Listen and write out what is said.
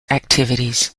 activities